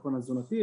הביטחון התזונתי.